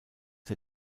der